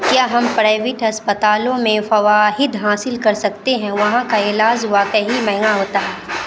کیا ہم پریوٹ ہسپتالوں میں فوائد حاصل کر سکتے ہیں وہاں کا علاج واقعی مہنگا ہوتا ہے